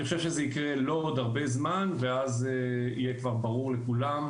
אני חושב שזה יקרה לא עוד הרבה זמן ואז יהיה כבר ברור לכולם,